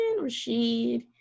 Rashid